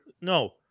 No